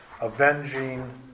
avenging